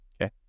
Okay